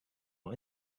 not